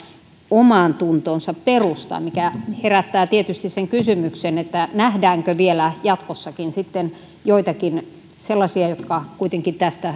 omaantuntoonsa perustuen mikä herättää tietysti kysymyksen nähdäänkö vielä jatkossakin joitakin sellaisia jotka kuitenkin